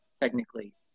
technically